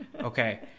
Okay